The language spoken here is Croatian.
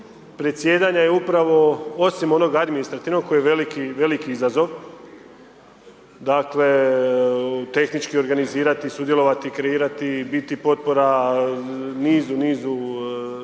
predsjedanja je upravo osim onog administrativnog koji je velik, veliki izazov, dakle tehnički organizirati, sudjelovati, kreirati biti potpora nizu, nizu